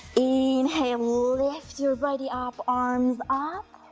inhale, lift your body up, arms up,